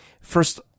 first